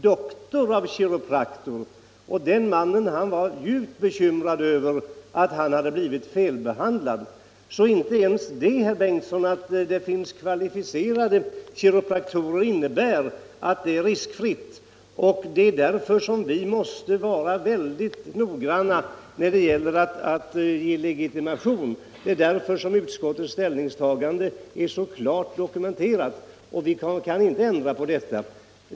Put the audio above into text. — Doctor of Chiropractic. Denna person var djupt bekymrad över att han blivit felbehandlad. Inte ens det faktum att det finns kvalificerade kiropraktorer innebär alltså att det är riskfritt. Det är därför vi måste vara mycket noggranna när det gäller att ge legitimation. Utskottets ställningstagande är klart dokumenterat, och vi kan inte ändra på det.